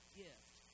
gift